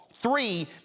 Three